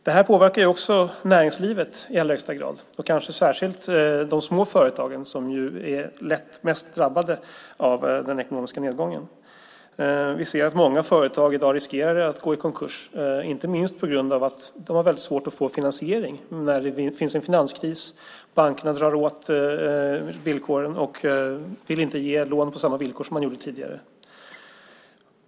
Detta påverkar också näringslivet i allra högsta grad, och kanske särskilt de små företagen, som ju är mest drabbade av den ekonomiska nedgången. Vi ser att många företag i dag riskerar att gå i konkurs, inte minst på grund av att de har väldigt svårt att få finansiering när det är finanskris. Bankerna drar åt och vill inte ge lån med samma villkor som tidigare.